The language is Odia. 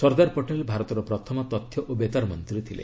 ସର୍ଦ୍ଦାର ପଟେଲ୍ ଭାରତର ପ୍ରଥମ ତଥ୍ୟ ଓ ବେତାର ମନ୍ତ୍ରୀ ଥିଲେ